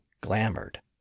glamoured